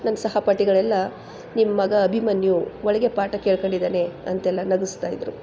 ನನ್ನ ಸಹಪಾಠಿಗಳೆಲ್ಲ ನಿಮ್ಮ ಮಗ ಅಭಿಮನ್ಯು ಒಳಗೆ ಪಾಠ ಕೇಳ್ಕೊಂಡಿದ್ದಾನೆ ಅಂತೆಲ್ಲ ನಗಿಸ್ತಾಯಿದ್ರು